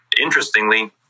Interestingly